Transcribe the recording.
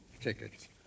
tickets